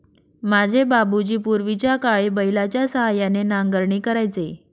माझे बाबूजी पूर्वीच्याकाळी बैलाच्या सहाय्याने नांगरणी करायचे